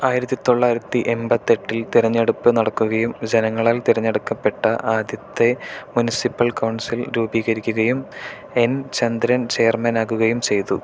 ആയിരത്തിത്തൊള്ളായിരത്തി എൺപത്തെട്ടിൽ തിരഞ്ഞെടുപ്പ് നടക്കുകയും ജനങ്ങളാൽ തിരഞ്ഞെടുക്കപ്പെട്ട ആദ്യത്തെ മുനിസിപ്പൽ കൗൺസിൽ രൂപീകരിക്കുകയും എൻ ചന്ദ്രൻ ചെയർമാനാകുകയും ചെയ്തു